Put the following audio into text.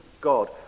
God